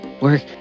work